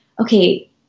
okay